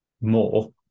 more